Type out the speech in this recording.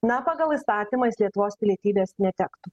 na pagal įstatymą jis lietuvos pilietybės netektų